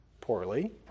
poorly